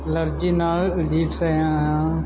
allergy ਨਾਲ ਨਜਿੱਠ ਰਿਹਾ ਹਾਂ